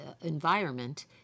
environment